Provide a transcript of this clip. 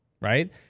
right